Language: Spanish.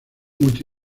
multi